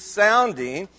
sounding